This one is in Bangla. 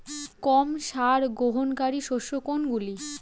কম সার গ্রহণকারী শস্য কোনগুলি?